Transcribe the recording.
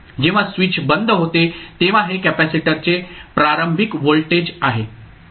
जेव्हा स्विच बंद होते तेव्हा हे कॅपेसिटरचे प्रारंभिक व्होल्टेज आहे